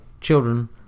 children